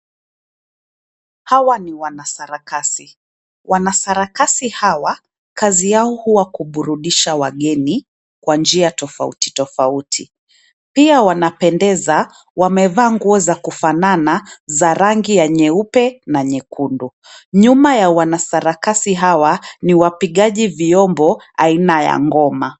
Hawa ni wanasarakasi, wanasarakasi hawa kazi yao huwa kuburudisha wageni kwa njia tofauti tofauti. Pia wanapendeza, wamevaa nguo za kufanana za rangi ya nyeupe na nyekundu. Nyuma ya wanasarakasi hawa ni wapigaji vyombo aina ya ngoma.